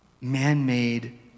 Man-made